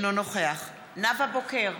אינו נוכח נאוה בוקר,